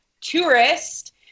tourist